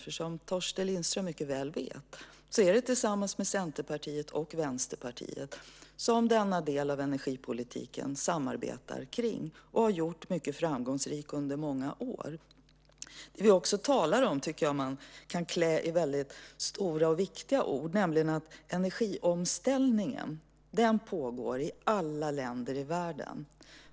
Som Torsten Lindström mycket väl vet är det tillsammans med Centerpartiet och Vänsterpartiet som vi samarbetar kring denna del av energipolitiken, och det har vi gjort mycket framgångsrikt under många år. Något som vi också kan tala om i väldigt stora och viktiga ord är att energiomställningen pågår i alla länder i världen.